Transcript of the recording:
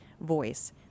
voice